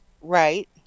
Right